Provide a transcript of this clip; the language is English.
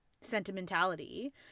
sentimentality